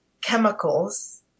chemicals